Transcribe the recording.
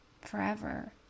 forever